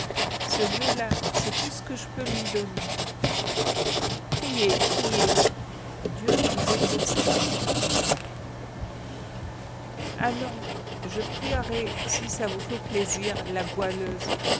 ce voeu là c'est tout ce que je peux lui donner priez priez dieu vous exaucera allons je prierai si ça vous fait plaisir la goualeuse